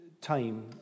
time